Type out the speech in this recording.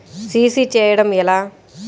CC చేయడము ఎలా?